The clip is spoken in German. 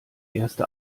erste